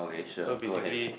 so basically